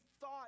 thought